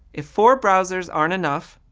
if four browsers aren't enough,